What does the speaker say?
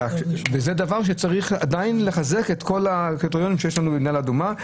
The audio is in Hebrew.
עדיין צריך לחזק את כל הקריטריונים באשר למדינה אדומה.